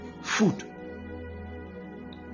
food